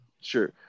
Sure